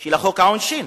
של חוק העונשין,